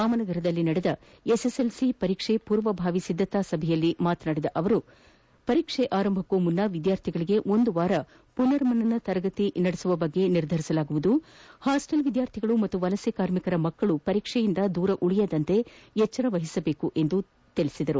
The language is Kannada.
ರಾಮನಗರದಲ್ಲಿ ನಡೆದ ಎಸ್ಸೆಸ್ಲಿ ಪರೀಕ್ಷೆ ಪೂರ್ವಭಾವಿ ಸಿದ್ದತಾ ಸಭೆ ಉದ್ದೇಶಿಸಿ ಮಾತನಾಡಿದ ಅವರು ಪರೀಕ್ಷೆ ಪ್ರಾರಂಭಕ್ಕೂ ಮುನ್ನ ವಿದ್ಯಾರ್ಥಿಗಳಿಗೆ ಒಂದು ವಾರ ಪುನರ್ಮನನ ತರಗತಿ ನಡೆಸುವ ಬಗ್ಗೆ ನಿರ್ಧರಿಸಲಾಗುವುದು ಹಾಸ್ಸೆಲ್ ವಿದ್ಯಾರ್ಥಿಗಳು ಹಾಗೂ ವಲಸೆ ಕಾರ್ಮಿಕರ ಮಕ್ಕಳು ಪರೀಕ್ಷೆಯಿಂದ ದೂರ ಉಳಿಯದಂತೆ ಎಚ್ಚರ ವಹಿಸಬೇಕು ಎಂದು ಸಚಿವರು ತಿಳಿಸಿದರು